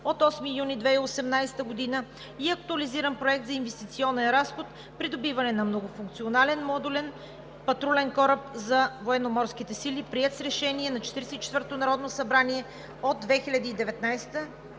от 8 юни 2018 г., и актуализиран Проект за инвестиционен разход, придобиване на многофункционален модулен патрулен кораб за военноморските сили, приет с решение на Четиридесет и